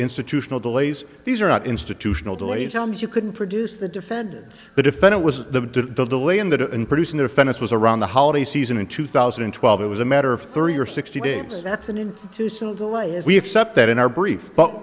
institutional delays these are not institutional delays helms you couldn't produce the defendants but if it was the delay in that in producing their fairness was around the holiday season in two thousand and twelve it was a matter of thirty or sixty games that's an institutional delay as we accept that in our brief but